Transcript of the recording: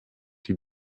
die